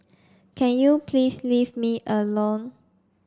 can you please leave me alone